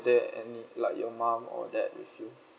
there any like your mum or dad with you